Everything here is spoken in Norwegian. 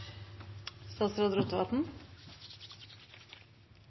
statsråd